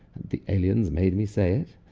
the aliens made me say it.